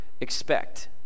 expect